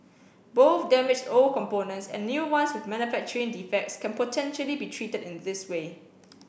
both damaged old components and new ones with manufacturing defects can potentially be treated in this way